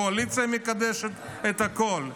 קואליציה מקדשת את הכול?